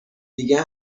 دیگه